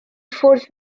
ffwrdd